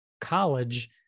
college